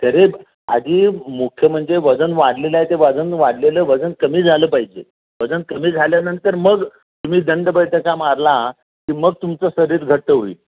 तरी आधी मुख्य म्हणजे वजन वाढलेलं आहे ते वजन वाढलेलं वजन कमी झालं पाहिजे वजन कमी झाल्यानंतर मग तुम्ही दंडबैठका मारला की मग तुमचं शरीर घट्ट होईल